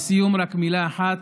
לסיום, רק מילה אחת.